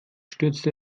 stürzte